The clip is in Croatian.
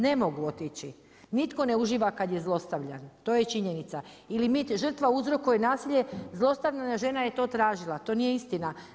Ne mogu otići, nitko ne uživa kada je zlostavljan to je činjenica ili mit žrtva uzrokuje nasilje zlostavljena žena je to tražila, to nije istina.